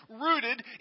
rooted